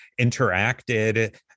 interacted